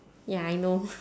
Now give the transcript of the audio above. ya I know